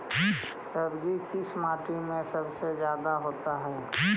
सब्जी किस माटी में सबसे ज्यादा होता है?